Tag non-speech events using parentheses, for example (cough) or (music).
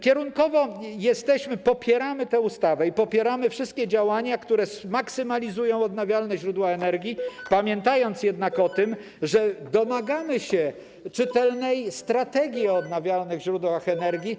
Kierunkowo popieramy tę ustawę i popieramy wszystkie działania, które maksymalizują odnawialne źródła energii, (noise) pamiętając jednak o tym, że domagamy się czytelnej strategii dotyczącej odnawialnych źródeł energii.